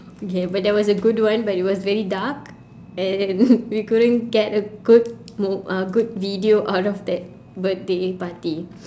okay but that was a good one but it was very dark and we couldn't get a good mo~ uh good video out of that birthday party